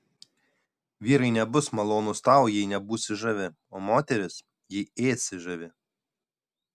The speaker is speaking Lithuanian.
vyrai nebus malonūs tau jei nebūsi žavi o moterys jei ėsi žavi